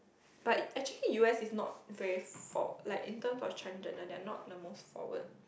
but actually u_s is not very for~ like in terms of transgender they are not the most forward